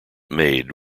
made